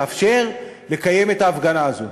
תאפשר לקיים את ההפגנה הזאת.